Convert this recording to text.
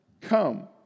come